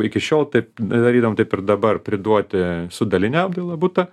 iki šiol taip darydavom taip ir dabar priduoti su daline apdaila butą